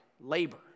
labor